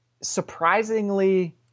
surprisingly